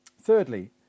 Thirdly